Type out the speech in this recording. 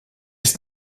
ist